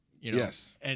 Yes